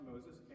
Moses